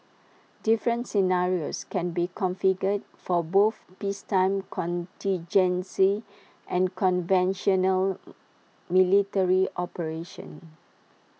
different scenarios can be configured for both peacetime contingency and conventional military operations